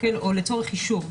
או לצורך אישור.